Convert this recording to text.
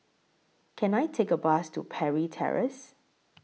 Can I Take A Bus to Parry Terrace